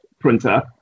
printer